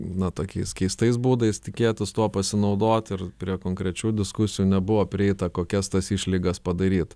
na tokiais keistais būdais tikėtis tuo pasinaudot ir prie konkrečių diskusijų nebuvo prieita kokias tas išlygas padaryt